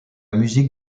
musique